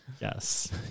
Yes